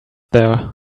there